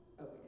Okay